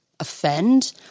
offend